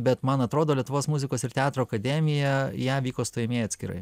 bet man atrodo lietuvos muzikos ir teatro akademija į ją vyko stojamieji atskirai